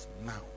now